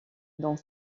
dans